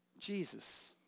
Jesus